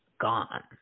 gone